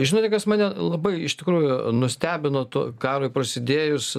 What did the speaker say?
žinote kas mane labai iš tikrųjų nustebino tu karui prasidėjus